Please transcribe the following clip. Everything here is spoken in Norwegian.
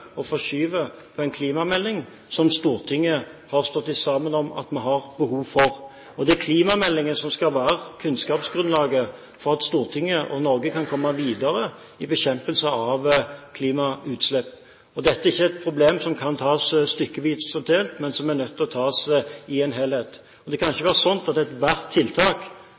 og forskyver en klimamelding som Stortinget har stått sammen om at vi har behov for. Det er klimameldingen som skal være kunnskapsgrunnlaget for at Stortinget og Norge kan komme videre i bekjempelse av klimautslipp. Dette er ikke et problem som kan tas stykkevis og delt, men som er nødt til å tas i en helhet. Det kan ikke være slik at ethvert tiltak